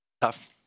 tough